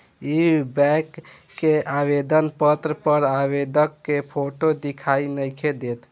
इ बैक के आवेदन पत्र पर आवेदक के फोटो दिखाई नइखे देत